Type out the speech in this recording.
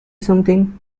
something